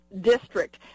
District